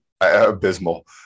abysmal